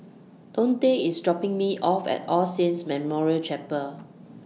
Dontae IS dropping Me off At All Saints Memorial Chapel